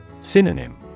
Synonym